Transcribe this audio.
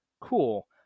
Cool